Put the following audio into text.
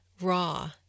raw